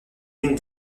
l’une